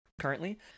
currently